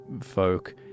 folk